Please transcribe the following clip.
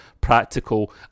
practical